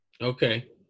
Okay